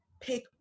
pick